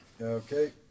Okay